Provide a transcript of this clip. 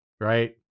right